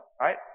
right